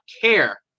care